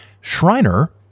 Shriner